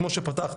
כמו שפתחת,